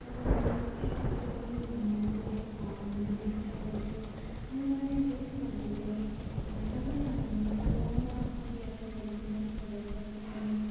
तब म एक्लै पनि त्यसलाई त्यसलाई मजाले रुचाउँदछु तर मलाई जतिसक्दो त्यही सबैसँग समूहमा पदयात्रा गरेको मनपर्दछ कि किनभने